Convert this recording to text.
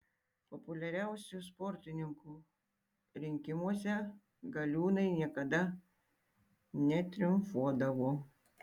populiariausių sportininkų rinkimuose galiūnai niekada netriumfuodavo